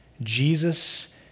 Jesus